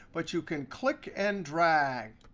but you can click and drag.